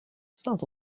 saint